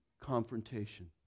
confrontation